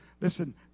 listen